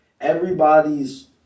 everybody's